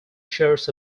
shares